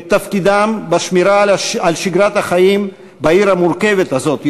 תפקידם בשמירה על שגרת החיים בעיר המורכבת הזאת,